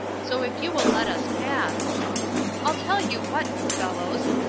so if you will let us pass i'll tell you what, you fellows,